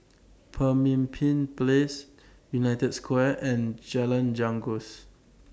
Pemimpin Place United Square and Jalan Janggus